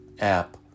app